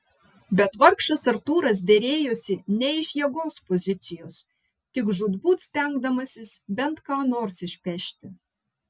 bet vargšas artūras derėjosi ne iš jėgos pozicijos tik žūtbūt stengdamasis bent ką nors išpešti